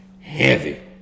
Heavy